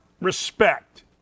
respect